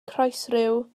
croesryw